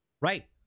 Right